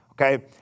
okay